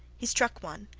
he struck one,